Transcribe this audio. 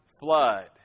flood